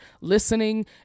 listening